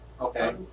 okay